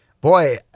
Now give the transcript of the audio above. boy